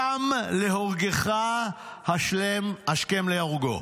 הקם להורגך השכם להורגו.